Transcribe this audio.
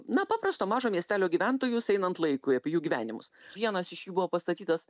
na paprasto mažo miestelio gyventojus einant laikui apie jų gyvenimus vienas iš jų buvo pastatytas